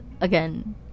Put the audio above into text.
again